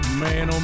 man